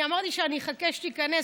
אמרתי שאני אחכה שתיכנס,